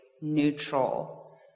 neutral